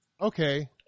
Okay